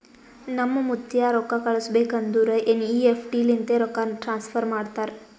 ನಮ್ ಮುತ್ತ್ಯಾ ರೊಕ್ಕಾ ಕಳುಸ್ಬೇಕ್ ಅಂದುರ್ ಎನ್.ಈ.ಎಫ್.ಟಿ ಲಿಂತೆ ರೊಕ್ಕಾ ಟ್ರಾನ್ಸಫರ್ ಮಾಡ್ತಾರ್